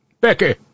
Becky